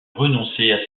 renoncer